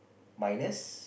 minus